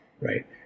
right